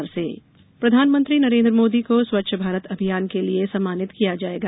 मोदी सम्मान प्रधानमंत्री नरेन्द्र मोदी को स्वच्छ भारत अभियान के लिये सम्मानित किया जाएगा